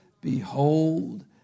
Behold